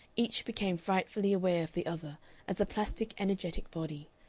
each became frightfully aware of the other as a plastic energetic body,